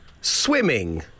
swimming